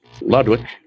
Ludwig